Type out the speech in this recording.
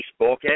Facebook